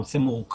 זה נושא מורכב.